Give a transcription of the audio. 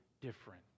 different